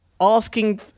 asking